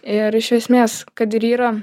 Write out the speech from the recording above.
ir iš esmės kad ir yra